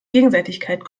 gegenseitigkeit